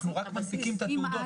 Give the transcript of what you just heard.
אנחנו רק מנפיקים את התעודות,